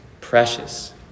precious